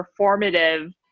performative